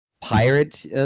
pirate